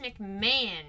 McMahon